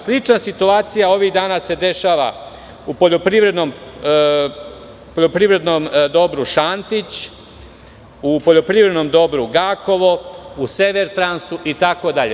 Slična situacija ovih dana se dešava u poljoprivrednom dobru "Šantić", u poljoprivrednom dobru "Gakovo", u "Severtransu", itd.